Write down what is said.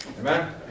Amen